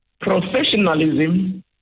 Professionalism